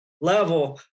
level